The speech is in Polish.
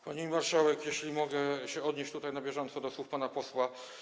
Pani marszałek, jeśli mogę się odnieść na bieżąco do słów pana posła.